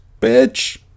Bitch